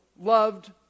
loved